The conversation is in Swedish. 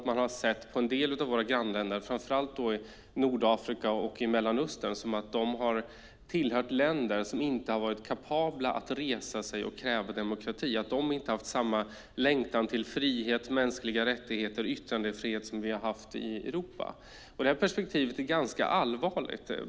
Man har sett på en del av våra grannländer, framför allt i Nordafrika och Mellanöstern, som om de har varit länder som inte har varit kapabla att resa sig och kräva demokrati. Man har sett det som att de inte har haft samma längtan till frihet, mänskliga rättigheter och yttrandefrihet som vi har haft i Europa. Detta perspektiv är ganska allvarligt.